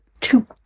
two